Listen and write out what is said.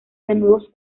desnudos